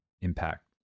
impact